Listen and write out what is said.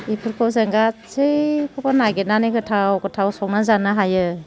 बेफोरखौ जों गासैखौबो नागिरनानै गोथाव गोथाव संना जानो हायो